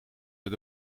met